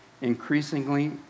increasingly